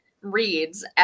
reads